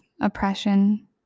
oppression